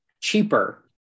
cheaper